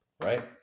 right